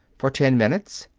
for ten minutes,